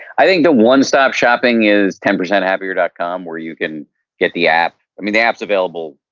i think the one stop shopping is ten percenthappier dot com where you can get the app, i mean, the apps available,